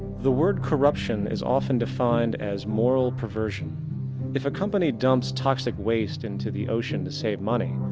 the word corruption is often defined as moral perversion if a company dumps toxic waste into the ocean to save money,